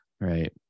right